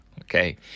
okay